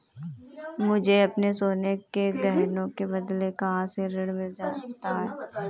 मुझे अपने सोने के गहनों के बदले कहां से ऋण मिल सकता है?